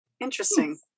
interesting